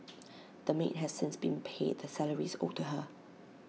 the maid has since been paid the salaries owed to her